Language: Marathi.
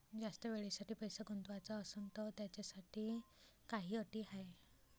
जास्त वेळेसाठी पैसा गुंतवाचा असनं त त्याच्यासाठी काही अटी हाय?